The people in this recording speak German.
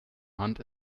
hand